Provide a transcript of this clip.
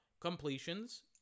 completions